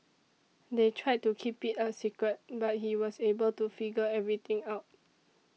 they tried to keep it a secret but he was able to figure everything out